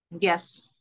Yes